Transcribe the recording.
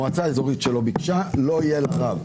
מועצה אזורית שלא ביקשה, לא יהיה לה רב.